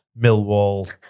Millwall